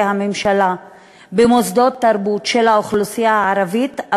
הממשלה במוסדות תרבות של האוכלוסייה הערבית,